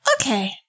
Okay